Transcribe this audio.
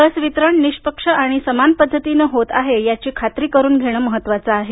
लस वितरण निष्पक्ष आणि समान पद्धतीनं होत आहे याची खात्री करून घेणं महत्त्वाचे आहे